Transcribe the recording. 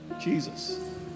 Jesus